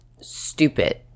stupid